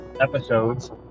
episodes